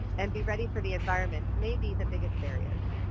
and be ready for the environment, may be the biggest barriers.